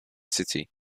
city